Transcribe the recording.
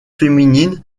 féminine